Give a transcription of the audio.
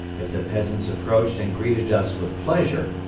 if the peasants approached and greeted us with pleasure,